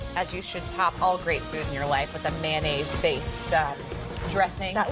as you should top all great food in your life with a may and these based dressing.